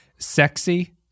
sexy